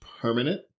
permanent